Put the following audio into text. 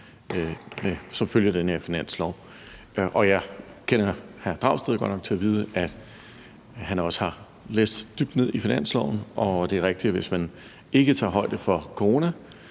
som følge af den her finanslov, og jeg kender hr. Pelle Dragsted godt nok til at vide, at han også har læst dybt ned i finansloven, og det er rigtigt, at hvis man ikke tager højde for corona